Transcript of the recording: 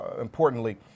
importantly